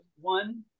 one